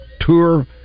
Tour